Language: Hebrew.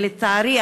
ולצערי,